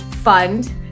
fund